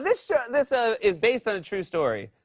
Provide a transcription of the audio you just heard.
this this ah is based on a true story.